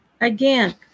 Again